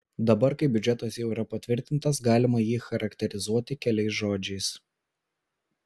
dabar kai biudžetas jau yra patvirtintas galima jį charakterizuoti keliais žodžiais